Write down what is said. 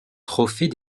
trophées